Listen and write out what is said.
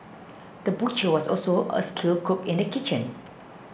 the butcher was also a skilled cook in the kitchen